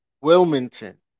Wilmington